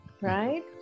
right